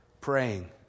Praying